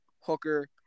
Hooker